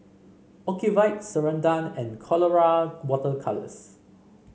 Ocuvite Ceradan and Colora Water Colours